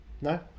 no